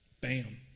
Bam